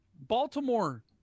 Baltimore